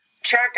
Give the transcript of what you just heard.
check